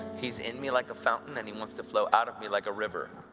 he's in me like a fountain, and he wants to flow out of me like a river.